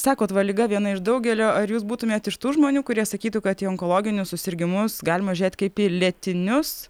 sakot va liga viena iš daugelio ar jūs būtumėt iš tų žmonių kurie sakytų kad į onkologinius susirgimus galima žiūrėt kaip į lėtinius